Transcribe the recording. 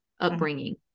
upbringing